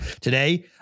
Today